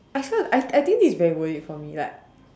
I felt I I think this is very worth it for me like